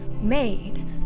made